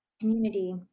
community